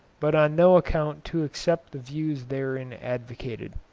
but on no account to accept the views therein advocated.